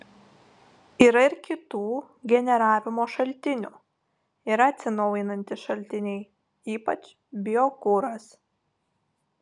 yra ir kitų generavimo šaltinių yra atsinaujinantys šaltiniai ypač biokuras